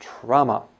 trauma